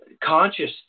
conscious